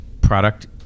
product